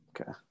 Okay